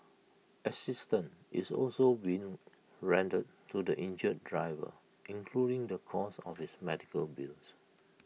assistance is also being rendered to the injured driver including the cost of his medical bills